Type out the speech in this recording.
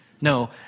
No